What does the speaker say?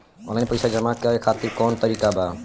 Online पइसा जमा करे खातिर कवन तरीका बा?